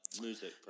music